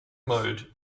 mode